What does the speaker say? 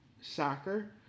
soccer